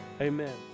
Amen